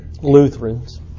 Lutherans